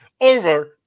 over